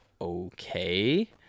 okay